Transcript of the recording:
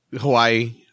Hawaii